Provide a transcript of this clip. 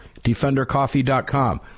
DefenderCoffee.com